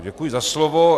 Děkuji za slovo.